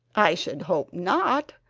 i should hope not,